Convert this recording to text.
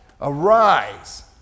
Arise